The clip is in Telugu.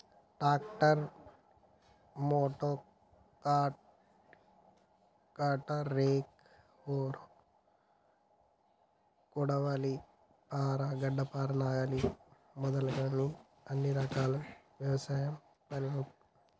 tractor, motocultor, rake, harrow, కొడవలి, పార, గడ్డపార, నాగలి మొదలగునవి కొన్ని రకాల వ్యవసాయ పనిముట్లు